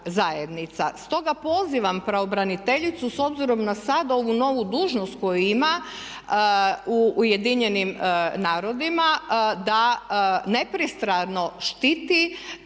Stoga pozivam pravobraniteljicu s obzirom na sada ovu novu dužnost koju ima u Ujedinjenim narodima da nepristrano štiti